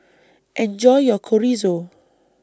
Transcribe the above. Enjoy your Chorizo